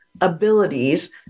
abilities